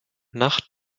nach